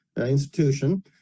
institution